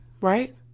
right